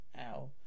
ow